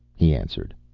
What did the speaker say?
he answered.